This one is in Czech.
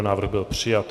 Návrh byl přijat.